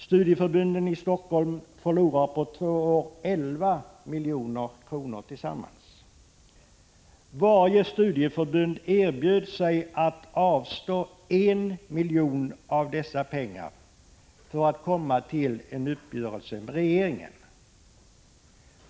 Studieförbunden i Helsingfors förlorar på två år tillsammans 11 milj.kr. Varje studieförbund har erbjudit sig att avstå 1 milj.kr. av dessa pengar för att komma till en uppgörelse med regeringen.